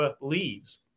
leaves